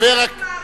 אותך אנחנו מעריכים.